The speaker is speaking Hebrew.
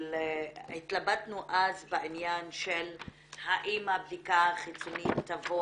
אבל התלבטנו אז בעניין של האם הבדיקה החיצונית תבוא